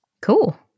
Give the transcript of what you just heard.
Cool